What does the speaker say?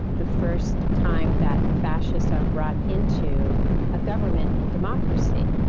the first time that fascist are brought into a government in democracy.